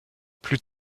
plus